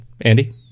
Andy